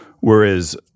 whereas